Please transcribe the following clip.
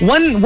One